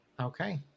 okay